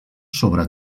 sobre